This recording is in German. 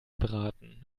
beraten